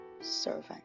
servant